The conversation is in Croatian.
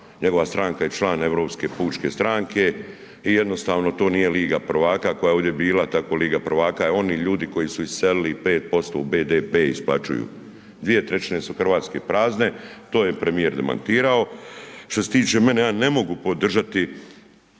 njegova stranka je član Europske pučke stranke i jednostavno, to nije liga prvaka koja je ovdje bila, tako liga prvaka i oni ljudi koji su iselili 5% BDP-a isplaćuju. 2/3 su Hrvatske prazne, to je premijer demantirao, što se tiče mene, ja ne mogu podržati